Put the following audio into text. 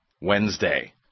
Wednesday